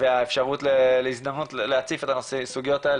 והאפשרות להציף את הסוגיות האלה.